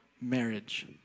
marriage